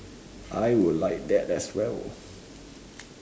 I would like that as well